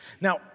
Now